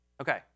Okay